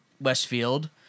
Westfield